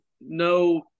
no